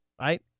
Right